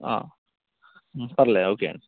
పర్లేదు ఓకే అండి